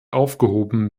aufgehoben